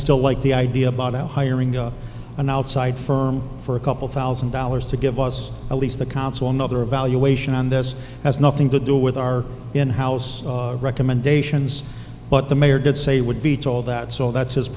still like the idea about hiring an outside firm for a couple thousand dollars to give us at least the council another evaluation on this has nothing to do with our in house recommendations but the mayor did say would be told that so that's his